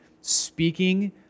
speaking